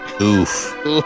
Oof